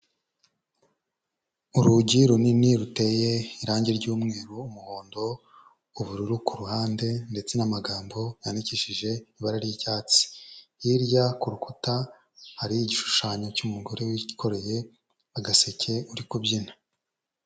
Urugi runini ruteye irangi ry'umweru, umuhondo, ubururu ku ruhande ndetse n'amagambo yandikishije ibara ry'icyatsi, hirya ku rukuta hari igishushanyo cy'umugore wikoreye agaseke uri kubyina.